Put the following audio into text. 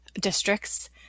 districts